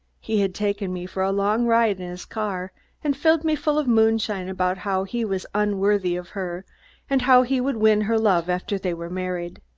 he had taken me for a long ride in his car and filled me full of moonshine about how he was unworthy of her and how he would win her love after they were married.